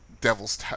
Devil's